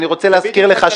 אני רוצה להזכיר לך,